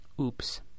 Oops